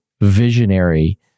visionary